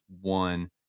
one